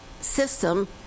system